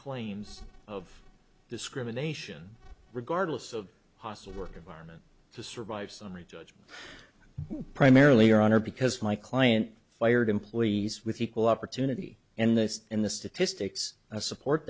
claims of discrimination regardless of hostile work environment to survive summary judgment primarily or honor because my client fired employees with equal opportunity and this in the statistics i support